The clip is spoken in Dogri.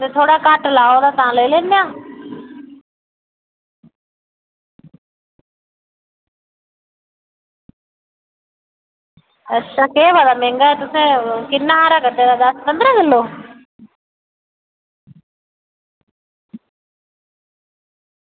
ते थोह्ड़ा घट्ट लाओ तां लेई लैन्ने आं केह् पता तुसें किन्ना आंह्दे दा पंदरा किलो